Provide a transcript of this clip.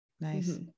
Nice